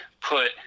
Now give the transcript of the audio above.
put